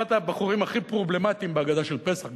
אחד הבחורים הכי פרובלמטיים בהגדה של פסח,